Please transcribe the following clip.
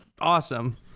awesome